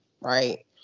right